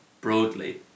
broadly